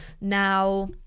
now